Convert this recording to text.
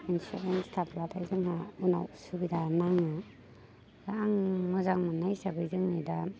insurance थाब्लाथाय जोंना उनाव सुबिदा नाङा दा आङो मोजां मोननाय हिसाबै जोंनि दा